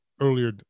earlier